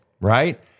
right